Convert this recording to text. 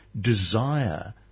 desire